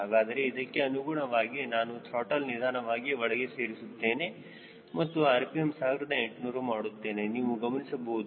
ಹಾಗಾದರೆ ಇದಕ್ಕೆ ಅನುಗುಣವಾಗಿ ನಾನು ತ್ರಾಟಲ್ ನಿಧಾನವಾಗಿ ಒಳಗೆ ಸೇರಿಸುತ್ತೇನೆ ಮತ್ತು rpm 1800 ಮಾಡುತ್ತೇನೆ ನೀವು ಗಮನಿಸಬೇಕು